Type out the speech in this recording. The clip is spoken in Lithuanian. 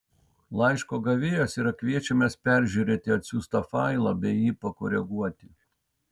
laiško gavėjas yra kviečiamas peržiūrėti atsiųstą failą bei jį pakoreguoti